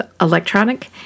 electronic